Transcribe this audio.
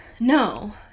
No